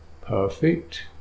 perfect